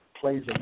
plays